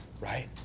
right